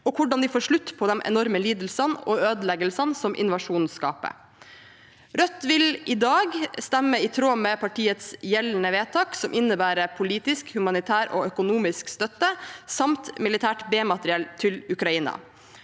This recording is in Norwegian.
og hvordan de får slutt på de enorme lidelsene og ødeleggelsene som invasjonen skaper. Rødt vil i dag stemme i tråd med partiets gjeldende vedtak, som innebærer politisk, humanitær og økono misk støtte samt militært B-materiell til Ukraina.